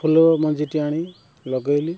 ଫୁଲ ମଞ୍ଜିଟି ଆଣି ଲଗାଇଲି